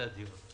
הדיון.